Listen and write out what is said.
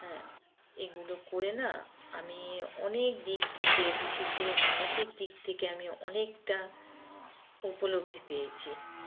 হ্যাঁ এগুলো করে না আমি অনেক দিক থেকে বিশেষ করে মানসিক দিক থেকে আমি অনেকটা উপলব্ধি পেয়েছি